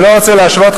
אני לא רוצה להשוות,